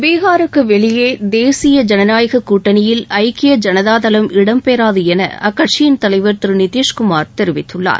பீகாருக்கு வெளியே தேசிய ஜனநாயக கூட்டணியில் ஐக்கிய ஜனதாதளம் இடம்பெறாது என அக்கட்சியின் தலைவர் திரு நிதிஷ்குமார் தெரிவித்துள்ளார்